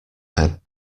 had